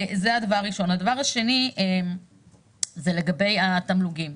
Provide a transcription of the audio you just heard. הדבר השני לגבי התמלוגים.